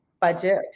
budget